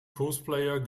cosplayer